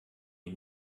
les